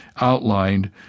outlined